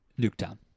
Nuketown